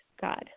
God